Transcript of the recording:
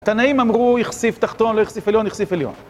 תנאים אמרו, יחסיף תחתון, לא יחסיף עליון, יחסיף עליון.